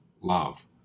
love